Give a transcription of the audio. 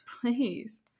Please